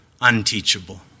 unteachable